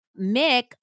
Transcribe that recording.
Mick